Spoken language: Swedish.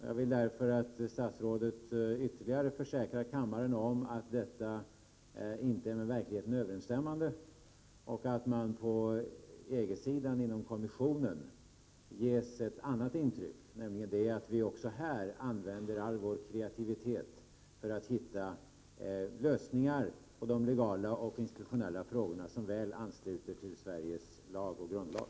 Jag vill därför att statsrådet ytterligare försäkrar kammaren om att detta inte är med verkligheten överensstämmande och att man på EG-sidan inom kommissionen ges ett annat intryck, nämligen att vi också här använder all vår kreativitet för att hitta lösningar på de legala och institutionella frågorna som väl ansluter till Sveriges lag och grundlag.